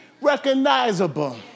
recognizable